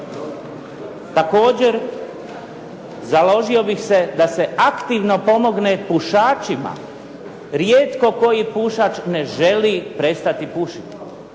Također, založio bih se da se aktivno pomogne pušačima. Rijetko koji pušač ne želi postati pušiti.